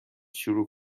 شروع